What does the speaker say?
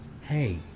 Hey